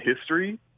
history